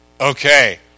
Okay